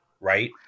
right